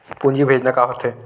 पूंजी भेजना का होथे?